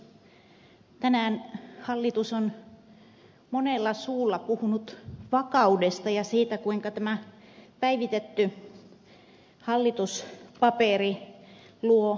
tänään hallitus on monella suulla puhunut vakaudesta ja siitä kuinka tämä päivitetty hallituspaperi luo vakautta